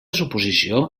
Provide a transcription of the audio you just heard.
suposició